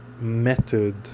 method